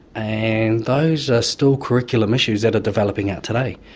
and those are still curriculum issues that are developing out today,